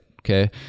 Okay